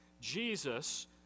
Jesus